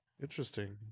Interesting